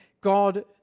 God